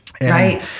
Right